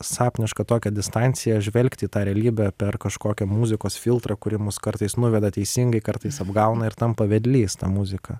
sapnišką tokią distanciją žvelgti į tą realybę per kažkokią muzikos filtrą kuri mus kartais nuveda teisingai kartais apgauna ir tampa vedlys ta muzika